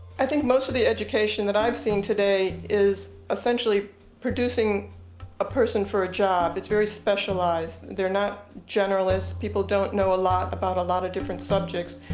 i think most of the education, that i've seen today, is essentially producing a person for a job. it's very specialized. they're not generalists. people don't know a lot about a lot of different subjects.